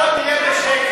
בוא תהיה בשקט,